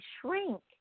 shrink